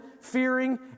fearing